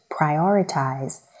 prioritize